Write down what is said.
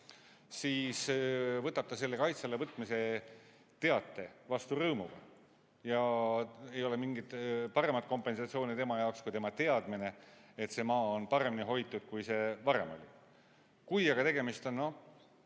siis võtab ta selle kaitse alla võtmise teate vastu rõõmuga, ei ole mingit paremat kompensatsiooni tema jaoks kui teadmine, et see maa on paremini hoitud, kui see varem oli. Kui aga tegemist on